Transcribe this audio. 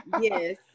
Yes